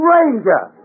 Ranger